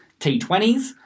T20s